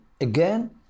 again